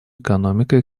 экономикой